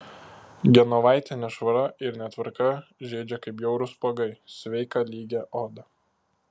genovaitę nešvara ir netvarka žeidžia kaip bjaurūs spuogai sveiką lygią odą